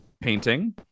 painting